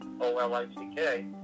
O-L-I-C-K